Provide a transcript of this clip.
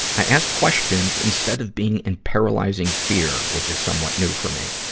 i asked questions instead of being in paralyzing fear which is somewhat new for me.